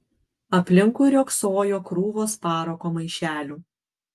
aplinkui riogsojo krūvos parako maišelių